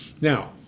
Now